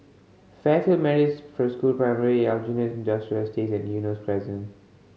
Fairfield Methodist School Primary Aljunied Industrial Estate and Eunos Crescent